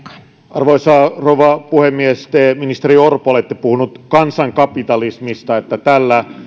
arvoisa rouva puhemies te ministeri orpo olette puhunut kansankapitalismista että tällä